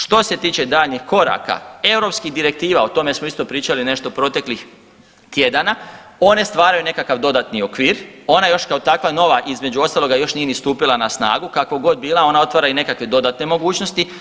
Što se tiče daljnjih koraka europskih direktiva, o tome smo isto pričali nešto proteklih tjedana, one stvaraju nekakav dodatni okvir, ona je još kao takva nova između ostaloga još nije ni stupila na snagu, kakva god bila ona otvara i nekakve dodatne mogućnosti.